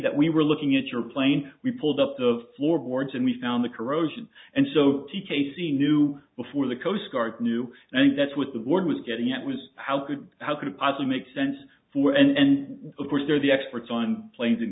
that we were looking at your plane we pulled up the floorboards and we found the corrosion and so tiet seen you before the coast guard knew and that's what the word was getting at was how could how could it possibly make sense for and of course they're the experts on planes and